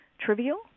trivial